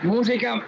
Música